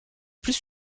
plus